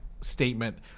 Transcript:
statement